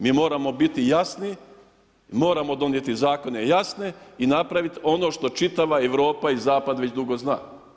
Mi moramo biti jasni, moramo donijeti zakone jasne i napraviti ono što čitava Europa i zapad već dugo zna.